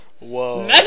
Whoa